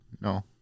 No